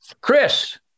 Chris